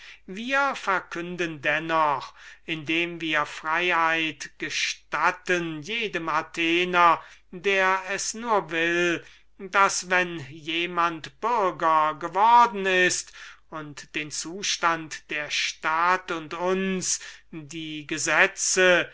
wir verkünden dennoch indem wir freiheit gestatten jedem athener der es nur will daß wenn jemand bürger geworden ist und den zustand der stadt und uns die gesetze